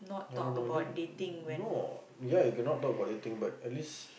I don't know do you no ya you cannot talk about anything but at least